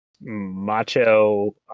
macho